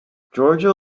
georgia